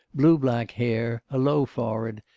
blue-black hair, a low forehead,